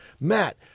Matt